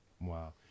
Wow